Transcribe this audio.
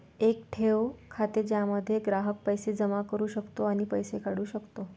एक ठेव खाते ज्यामध्ये ग्राहक पैसे जमा करू शकतो आणि पैसे काढू शकतो